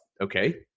okay